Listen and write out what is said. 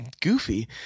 goofy